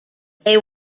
they